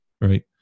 right